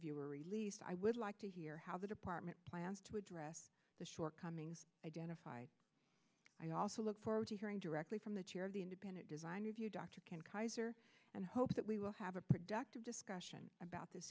view were released i would like to hear how the department plans to address the shortcomings identified i also look forward to hearing directly from the chair of the independent designer of your doctor can kaiser and hope that we will have a productive discussion about this